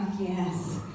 yes